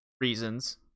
reasons